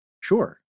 Sure